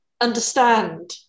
understand